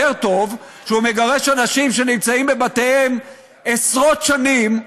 טוב שהוא מגרש אנשים שנמצאים בבתיהם עשרות שנים.